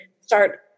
start